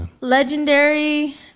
legendary